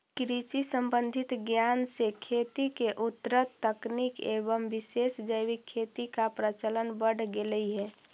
कृषि संबंधित ज्ञान से खेती में उन्नत तकनीक एवं विशेष जैविक खेती का प्रचलन बढ़ गेलई हे